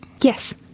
yes